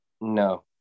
No